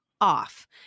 off